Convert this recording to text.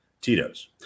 Tito's